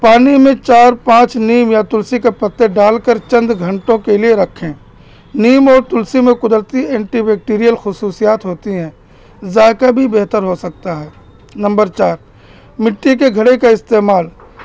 پانی میں چار پانچ نیم یا تلسی کے پتے ڈال کر چند گھنٹوں کے لیے رکھیں نیم اور تلسی میں قدرتی اینٹی بیکٹیریل خصوصیات ہوتی ہیں ذائقہ بھی بہتر ہو سکتا ہے نمبر چار مٹی کے گھڑے کا استعمال